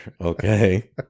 okay